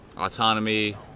autonomy